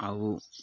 ଆଉ